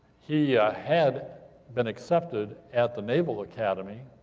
he had been accepted at the naval academy,